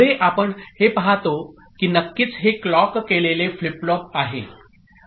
पुढे आपण हे पाहतो की नक्कीच हे क्लॉक केलेले फ्लिप फ्लॉप आहे